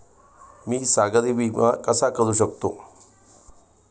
मी सागरी विमा कसा करू शकतो?